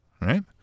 right